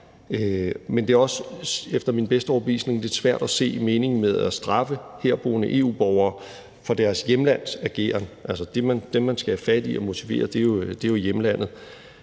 men det er efter min bedste overbevisning også lidt svært at se meningen med at straffe herboende EU-borgere for deres hjemlands ageren. Altså, dem, man skal have fat i og motivere, er jo hjemlandet.